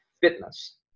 fitness